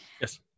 yes